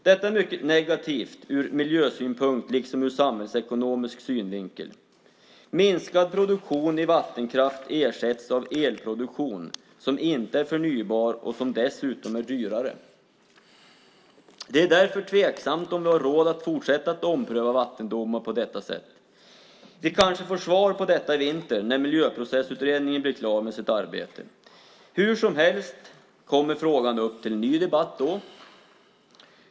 Detta är mycket negativt ur miljösynpunkt liksom ur samhällsekonomisk synvinkel. Minskad produktion i vattenkraft ersätts av elproduktion som inte är förnybar och som dessutom är dyrare. Det är därför tveksamt om vi har råd att fortsätta ompröva vattendomar på detta sätt. Vi kanske får svar på detta i vinter när Miljöprocessutredningen blir klar med sitt arbete. Hur som helst kommer frågan upp till ny debatt då.